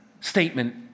statement